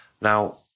Now